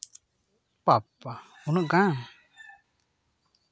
ᱵᱟᱯᱵᱟ ᱩᱱᱟᱹᱜ ᱜᱟᱱ ᱟᱪᱷᱟ ᱟᱪᱷᱟ